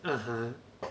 (uh huh)